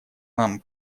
нам